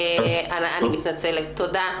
אני מתנצלת, תודה.